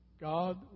God